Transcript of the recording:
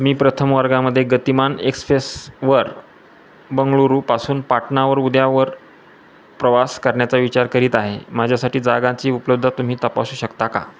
मी प्रथम वर्गामध्ये गतिमान एक्सप्रेसवर बंगळुरूपासून पाटणावर उद्यावर प्रवास करण्याचा विचार करीत आहे माझ्यासाठी जागांची उपलब्धता तुम्ही तपासू शकता का